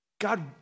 God